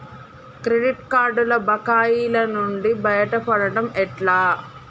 Credit కార్డుల బకాయిల నుండి బయటపడటం ఎట్లా?